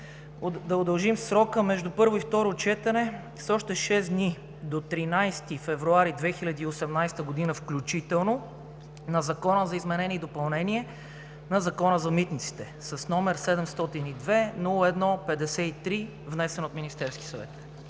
за предложения между първо и второ четене с още 6 дни – до 13 февруари 2018 г. включително, на Законопроект за изменение и допълнение на Закона за митниците с № 702-01-53, внесен от Министерския съвет.